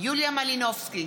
יוליה מלינובסקי,